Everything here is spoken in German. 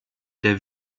der